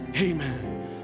Amen